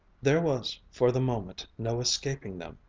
there was for the moment no escaping them.